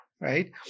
right